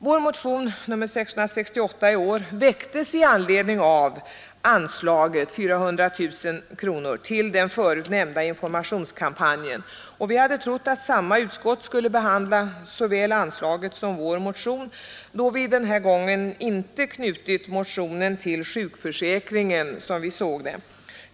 Vår motion nr 668 i år väcktes i anledning av anslaget — 400 000 kronor — till den förutnämnda informationskampanjen, och vi hade trott att samma utskott skulle behandla såväl anslaget som vår motion, då vi den här gången inte knutit motionen till sjukförsäkringen.